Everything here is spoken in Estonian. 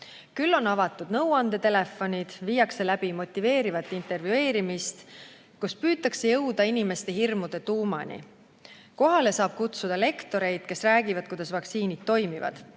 On avatud nõuandetelefonid, viiakse läbi motiveerivat intervjueerimist, kus püütakse jõuda inimeste hirmude tuumani. Kohale saab kutsuda lektoreid, kes räägivad, kuidas vaktsiinid toimivad.